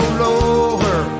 lower